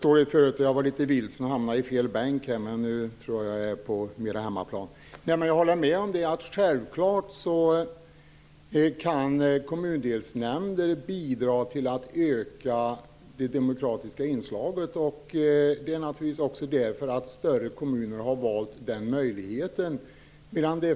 Herr talman! Jag håller med om att kommundelsnämnder självfallet kan bidra till att öka det demokratiska inslaget. Det är också därför som större kommuner har valt den möjligheten.